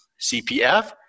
CPF